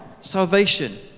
Salvation